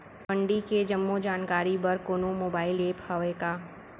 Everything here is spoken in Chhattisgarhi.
मंडी के जम्मो जानकारी बर कोनो मोबाइल ऐप्प हवय का?